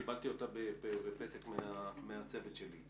קיבלתי אותה בפתק מהצוות שלי.